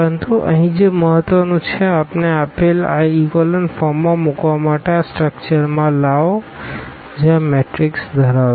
પરંતુ અહીં જે મહત્વનું છે તે આપણને આપેલ આ ઇકોલન ફોર્મ માં મૂકવા માટે આ સ્ટ્રક્ચરમાં લાવો જે આ મેટ્રિક્સ ધરાવે છે